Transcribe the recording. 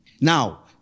Now